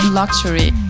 luxury